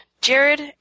Jared